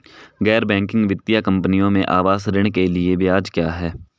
गैर बैंकिंग वित्तीय कंपनियों में आवास ऋण के लिए ब्याज क्या है?